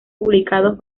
publicados